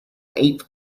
eight